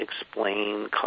explain